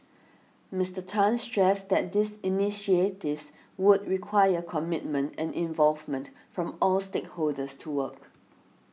Mister Tan stressed that these initiatives would require commitment and involvement from all stakeholders to work